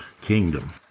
kingdom